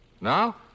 Now